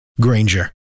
Granger